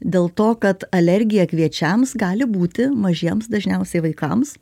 dėl to kad alergija kviečiams gali būti mažiems dažniausiai vaikams